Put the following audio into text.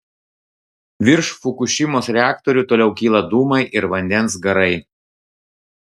virš fukušimos reaktorių toliau kyla dūmai ir vandens garai